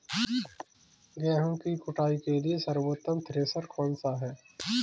गेहूँ की कुटाई के लिए सर्वोत्तम थ्रेसर कौनसा है?